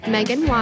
Megan